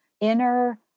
inner